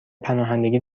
پناهندگی